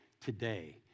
Today